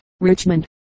Richmond